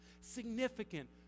significant